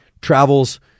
travels